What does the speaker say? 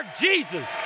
Jesus